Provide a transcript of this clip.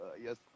yes